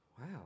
wow